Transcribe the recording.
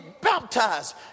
baptized